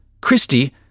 Christy